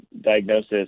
diagnosis